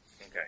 Okay